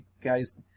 guys